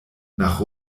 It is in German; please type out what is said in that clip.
nach